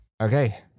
Okay